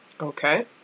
Okay